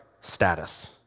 status